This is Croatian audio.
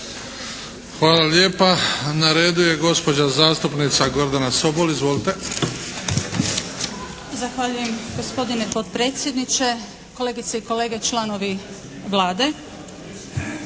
Hvala lijepa. Na redu je gospođa zastupnica Gordana Sobol. Izvolite! **Sobol, Gordana (SDP)** Zahvaljujem gospodine potpredsjedniče, kolegice i kolege članovi Vlade.